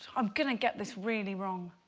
i'm gonna get this really wrong.